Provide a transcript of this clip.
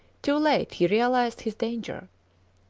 too late he realised his danger.